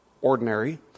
Ordinary